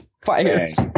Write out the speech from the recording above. fires